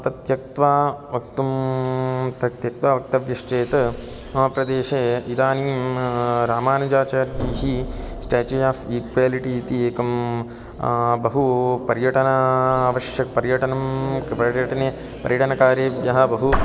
तत् त्यक्त्वा वक्तुं तत् त्यक्त्वा वक्तव्यश्चेत् मम प्रदेशे इदानीं रामानुजाचार्यैः स्टाचू ओफ़् ईक्वालिटी इति एकं बहू पर्यटनावश्यकं पर्यटनं पर्यटने पर्यटनकार्येभ्यः बहु